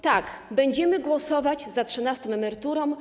Tak, będziemy głosować za trzynastą emeryturą.